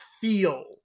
feel